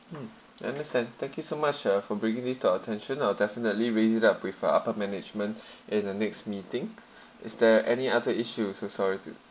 mm I understand thank you so much uh for bringing this to our attention I'll definitely raise it up with uh upper management in the next meeting is there any other issues so sorry to